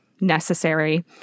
necessary